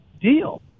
deal